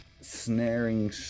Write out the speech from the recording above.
snaring